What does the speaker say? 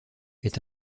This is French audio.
est